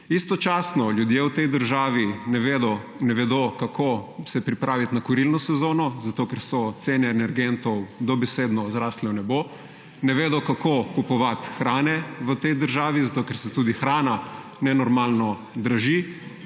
Istočasno ljudje v tej državi ne vedo, kako se pripraviti na kurilno sezono, ker so cene energentov dobesedno zrasle v nebo, ne vedo, kako kupovati hrano v tej državi, ker se tudi hrana nenormalno draži